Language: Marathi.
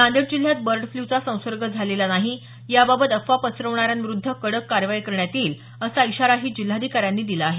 नांदेड जिल्ह्यात बर्ड फ्ल्यूचा संसर्ग झालेला नाही याबाबत अफवा पसरविणाऱ्यांविरूध्द कडक कारवाई करण्यात येईल असा इशारा जिल्हाधिकाऱ्यांनी दिला आहे